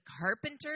carpenter